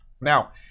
Now